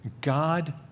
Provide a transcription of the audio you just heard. God